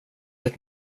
ett